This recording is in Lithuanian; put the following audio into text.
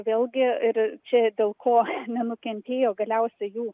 vėlgi ir čia dėl ko nenukentėjo galiausiai jų